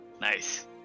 Nice